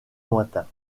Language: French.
lointain